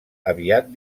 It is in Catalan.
aviat